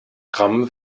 gramm